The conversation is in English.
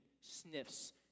sniffs